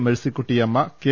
Mercykuttyamma K